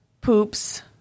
poops